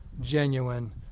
genuine